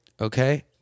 Okay